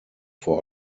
vor